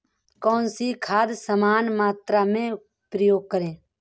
कौन सी खाद समान मात्रा में प्रयोग करें?